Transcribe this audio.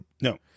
No